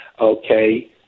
Okay